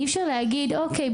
אי אפשר להגיד אוקיי,